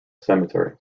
cemetery